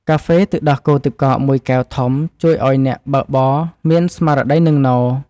កាហ្វេទឹកដោះគោទឹកកកមួយកែវធំជួយឱ្យអ្នកបើកបរមានស្មារតីនឹងនរ។